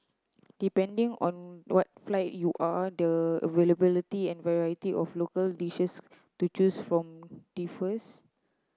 depending on what flight you are the availability and variety of local dishes to choose from differs